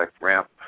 Ramp